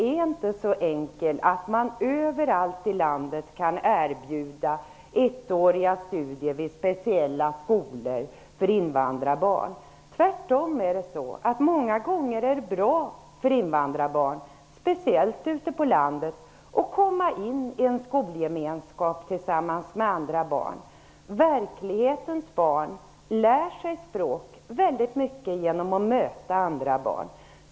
är inte så enkel att man över hela landet kan erbjuda ettåriga studier i speciella skolor för invandrarbarn. Tvärtom är det många gånger bra för invandrarbarn, speciellt ute på landet, att komma in i en skolgemenskap tillsammans med andra barn. Verklighetens barn lär sig språk mycket genom att möta andra barn.